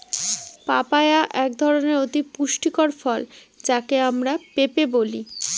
papaya একধরনের অতি পুষ্টিকর ফল যাকে আমরা পেঁপে বলি